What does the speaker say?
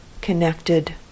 connected